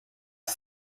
ist